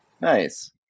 Nice